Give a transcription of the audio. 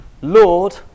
Lord